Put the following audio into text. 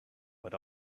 but